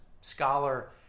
scholar